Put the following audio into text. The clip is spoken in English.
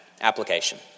application